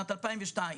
שנת 2002,